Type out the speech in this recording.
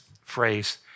phrase